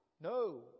No